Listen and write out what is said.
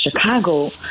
Chicago